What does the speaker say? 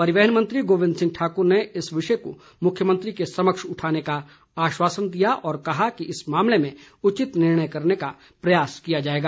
परिवहन मंत्री गाविंद सिंह ठाकुर ने इस विषय को मुख्यमंत्री के समक्ष उठाने का आश्वासन दिया और कहा कि इस मामले में उचित निर्णय करने का प्रयास किया जाएगा